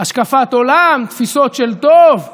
השקפת עולם, תפיסות של טוב.